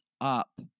up